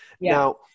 Now